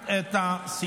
מה קשור לפגוע בנשים?